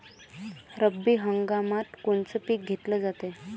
रब्बी हंगामात कोनचं पिक घेतलं जाते?